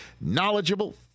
knowledgeable